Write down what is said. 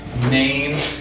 name